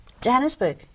Johannesburg